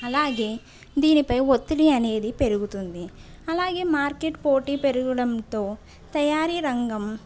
అలాగే దీనిపై ఒత్తిడి అనేది పెరుగుతుంది అలాగే మార్కెట్ పోటీ పెరుగడంతో తయారీ రంగం